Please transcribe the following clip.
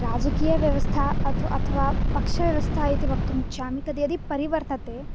राजकीयव्यवस्था अथवा पक्षव्यवस्था इति वक्तुमिच्छामि तद्यदि परिवर्तते